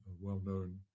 well-known